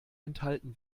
enthalten